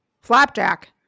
Flapjack